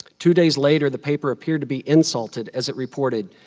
two days later, the paper appeared to be insulted as it reported,